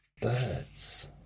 Birds